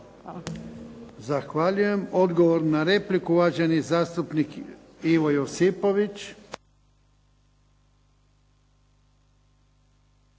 Zahvaljujem. Odgovor na repliku, uvaženi zastupnik Ivo Josipović.